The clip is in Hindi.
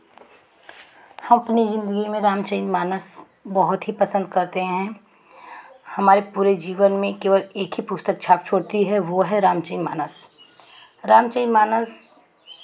अपनी जिंदगी में रामचारितमानस बहुत ही पसंद करते हैं हमारे पूरे जीवन में केवल एक ही पुस्तक छाप छोड़ती है वो है रामचारितमानस रामचारितमानस